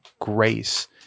grace